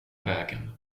vägen